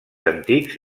antics